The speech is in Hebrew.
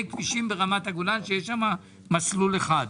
כבישים ברמת הגולן שיש בהם מסלול אחד.